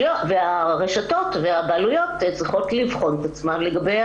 הרשתות והבעלויות צריכות לבחון את עצמן לגבי